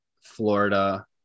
Florida